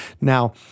Now